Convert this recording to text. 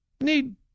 need